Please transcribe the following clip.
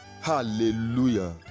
Hallelujah